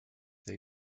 they